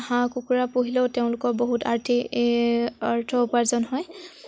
হাঁহ কুকুৰা পুহিলেও তেওঁলোকৰ বহুত আৰ্থিক অৰ্থ উপাৰ্জন হয়